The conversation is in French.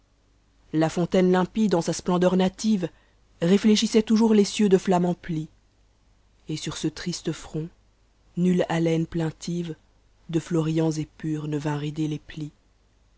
la fontaine limpide en sa splendeur native rénéch ssait toujours ies cieux de gamme emplis et sur ce triste front nulle haleine plaintive de nots riants et purs ne vint rider les plis